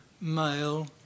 male